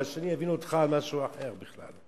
והשני יבין אותך על משהו אחר בכלל.